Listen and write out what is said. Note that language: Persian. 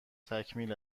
تکمیل